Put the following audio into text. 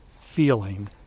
feeling